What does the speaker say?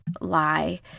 lie